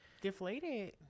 deflated